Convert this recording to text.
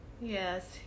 Yes